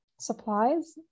supplies